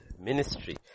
ministry